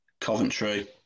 Coventry